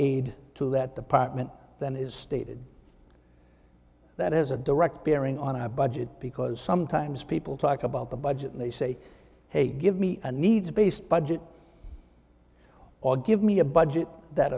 aid to let the partment than is stated that has a direct bearing on our budget because sometimes people talk about the budget and they say hey give me a needs based budget or give me a budget that